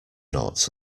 noughts